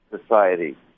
society